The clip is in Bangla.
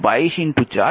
তাই 224